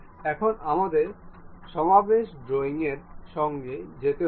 এখন আমাদের সমাবেশ ড্রয়িং এর সঙ্গে যেতে হবে